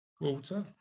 Water